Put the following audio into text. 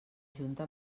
junta